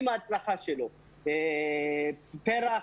לגבי פר"ח,